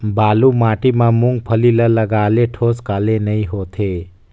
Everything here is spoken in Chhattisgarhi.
बालू माटी मा मुंगफली ला लगाले ठोस काले नइ होथे?